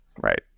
Right